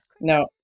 No